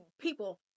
people